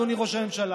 אדוני ראש הממשלה,